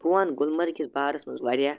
بہٕ وَنہٕ گُلمَرگہِ کِس بارَس منٛز واریاہ